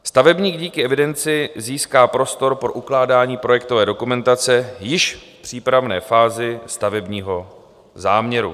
Stavebník díky evidenci získá prostor pro ukládání projektové dokumentace již v přípravné fázi stavebního záměru.